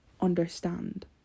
understand